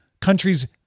countries